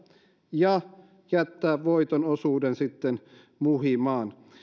ja jättää voiton osuuden sitten muhimaan